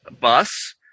bus